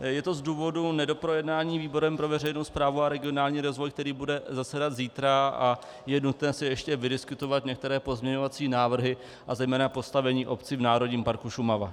Je to z důvodu nedoprojednání výborem pro veřejnou správu a regionální rozvoj, který bude zasedat zítra, a je nutné si ještě vydiskutovat některé pozměňovací návrhy a zejména postavení obcí v Národním parku Šumava.